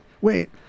Wait